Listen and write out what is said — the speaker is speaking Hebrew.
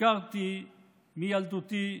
הכרתי מילדותי.